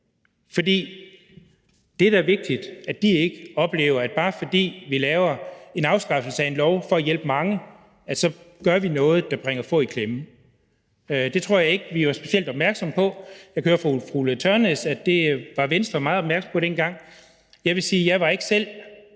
for det er vigtigt, at de ikke oplever, at bare fordi vi laver en afskaffelse af en lov for at hjælpe mange, gør vi noget, der gør, at få kommer i klemme. Det tror jeg ikke vi var specielt opmærksomme på. Jeg kan høre på fru Ulla Tørnæs, at Venstre var meget opmærksomme på det dengang. Jeg vil sige, at jeg ikke selv